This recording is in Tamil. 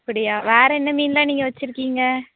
அப்படியா வேறு என்ன மீனெலாம் நீங்கள் வச்சுருக்கீங்க